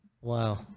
Wow